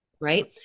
Right